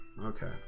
Okay